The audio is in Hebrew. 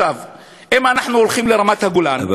אם אנחנו הולכים לרמת-הגולן,